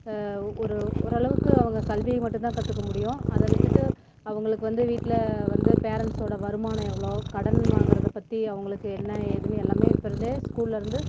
ஒரு ஓரளவுக்கு அவங்க கல்வியை மட்டுந்தான் கற்றுக்க முடியும் அதை விட்டுட்டு அவங்களுக்கு வந்து வீட்டில் வந்து பேரண்ட்ஸோடய வருமானம் எவ்வளோ கடன் வாங்குறத பற்றி அவங்களுக்கு என்ன ஏதுன்னு எல்லாமே இப்போருந்தே ஸ்கூலேருந்து